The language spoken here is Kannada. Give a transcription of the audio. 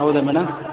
ಹೌದಾ ಮೇಡಮ್